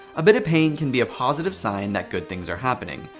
a bit of pain can be a positive sign that good things are happening.